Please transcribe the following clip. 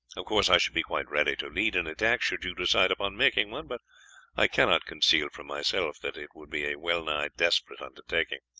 of course i should be quite ready to lead an attack should you decide upon making one, but i cannot conceal from myself that it would be a well nigh desperate undertaking.